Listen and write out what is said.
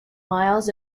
miles